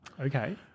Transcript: Okay